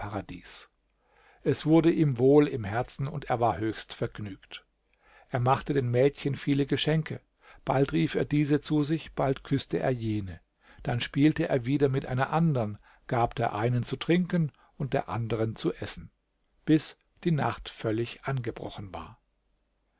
paradies es wurde ihm wohl im herzen und er war höchst vergnügt er machte den mädchen viele geschenke bald rief er diese zu sich bald küßte er jene dann spielte er wieder mit einer andern gab der einen zu trinken und der anderen zu essen bis die nacht völlig angebrochen war